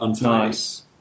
Nice